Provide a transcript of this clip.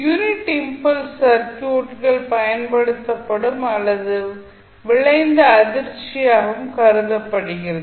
unit impulse சர்க்யூட்கள் பயன்படுத்தப்படும் அல்லது விளைந்த அதிர்ச்சியாகவும் கருதப்படுகிறது